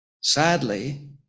Sadly